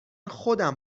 خودم